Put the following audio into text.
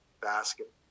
basket